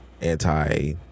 anti